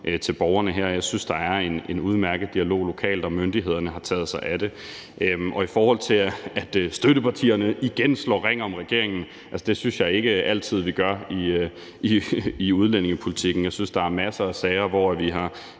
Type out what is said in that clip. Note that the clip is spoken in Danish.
til borgerne her. Jeg synes, der er en udmærket dialog lokalt, og myndighederne har taget sig af det. I forhold til at støttepartierne igen slår ring om regeringen, vil jeg sige, at det synes jeg ikke altid vi gør i udlændingepolitikken. Jeg synes, der er masser af sager, hvor vi har